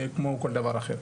כמו כל דבר אחר,